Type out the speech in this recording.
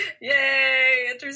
Yay